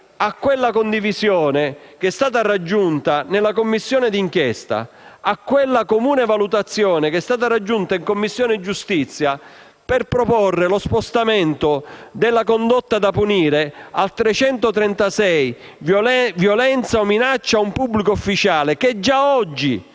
a quella condivisione che è stata raggiunta nella Commissione d'inchiesta e alla comune valutazione che è stata raggiunta in Commissione giustizia per proporre lo spostamento della condotta da punire all'articolo 336 del codice penale (Violenza o minaccia a un pubblico ufficiale), che già oggi